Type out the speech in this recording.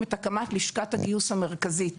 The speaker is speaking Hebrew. את הקמת לשכת הגיוס המרכזית.